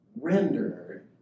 rendered